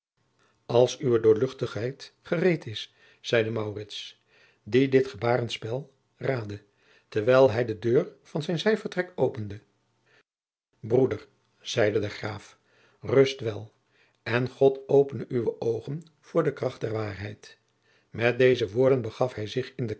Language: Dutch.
als uwe doorl gereed is zeide maurits die dit gebarenspel raadde terwijl hij de deur van het zijvertrek opende broeder zeide de graaf rust wel en god opene uwe oogen voor de kracht der waarheid met deze woorden begaf hij zich in de